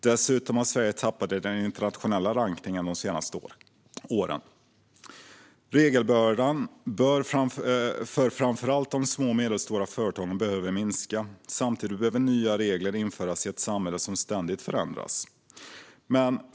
Dessutom har Sverige tappat i den internationella rankningen de senaste åren. Regelbördan behöver minska, framför allt för de små och medelstora företagen. Samtidigt behöver nya regler införas i ett samhälle som ständigt förändras.